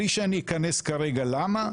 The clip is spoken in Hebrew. מבלי שאני אכנס כרגע למה,